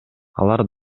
алар